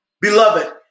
Beloved